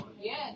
Yes